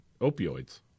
opioids